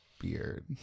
beard